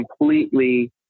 completely